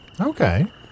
Okay